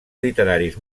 literaris